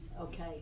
okay